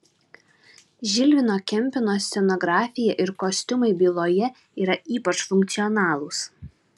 žilvino kempino scenografija ir kostiumai byloje yra ypač funkcionalūs